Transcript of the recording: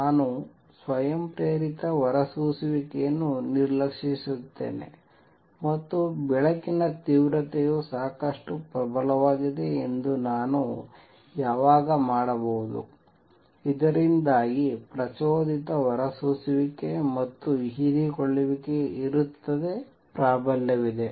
ನಾನು ಸ್ವಯಂಪ್ರೇರಿತ ಹೊರಸೂಸುವಿಕೆಯನ್ನು ನಿರ್ಲಕ್ಷಿಸುತ್ತೇನೆ ಮತ್ತು ಬೆಳಕಿನ ತೀವ್ರತೆಯು ಸಾಕಷ್ಟು ಪ್ರಬಲವಾಗಿದೆ ಎಂದು ನಾನು ಯಾವಾಗ ಮಾಡಬಹುದು ಇದರಿಂದಾಗಿ ಪ್ರಚೋದಿತ ಹೊರಸೂಸುವಿಕೆ ಮತ್ತು ಹೀರಿಕೊಳ್ಳುವಿಕೆ ಇರುತ್ತದೆ ಪ್ರಾಬಲ್ಯವಿದೆ